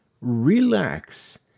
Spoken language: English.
relax